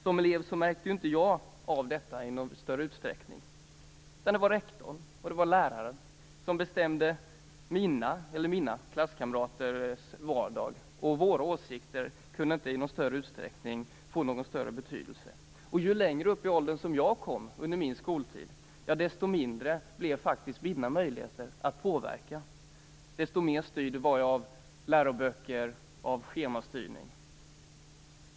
Som elev märkte inte jag av detta i någon större utsträckning. Det var rektorn och läraren som bestämde min och mina klasskamraters vardag, och våra åsikter hade inte i någon större utsträckning någon betydelse. Ju längre upp i åldern som jag kom under min skoltid, desto mindre blev mina möjligheter att påverka och desto mer styrd var jag av läroböcker och schemastyrning.